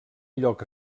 lloc